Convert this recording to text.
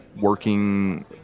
working